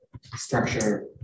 structure